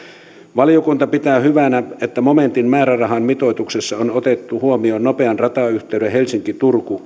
valiokunta pitää hyvänä että momentin määrärahan mitoituksessa on otettu huomioon nopean ratayhteyden suunnittelurahoitus helsinki turku